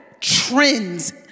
trends